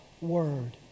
Word